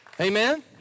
Amen